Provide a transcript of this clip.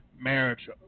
marriage